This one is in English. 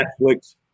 netflix